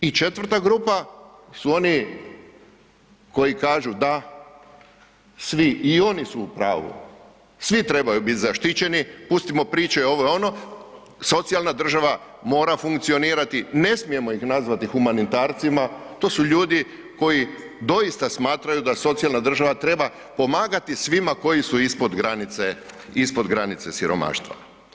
I četvrta grupa su oni koji kažu da svi, i oni su u pravu, svi trebaju bit zaštićeni, pustimo priče ovo, ono, socijalna država mora funkcionirati, ne smijemo ih nazvati humanitarcima, to su ljudi koji doista smatraju da socijalna država treba pomagati svima koji su ispod granice, ispod granice siromaštva.